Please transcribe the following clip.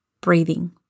Breathing